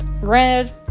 Granted